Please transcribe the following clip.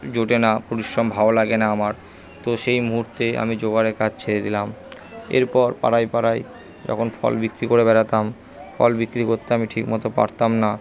জোটে না পরিশ্রম ভালো লাগে না আমার তো সেই মুহুর্তে আমি যোগাড়ের কাজ ছেড়ে দিলাম এরপর পাড়ায় পাড়ায় যখন ফল বিক্রি করে বেড়াতাম ফল বিক্রি করতে আমি ঠিক মতো পারতাম না